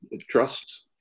Trusts